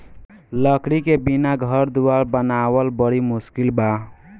लकड़ी के बिना घर दुवार बनावल बड़ी मुस्किल बा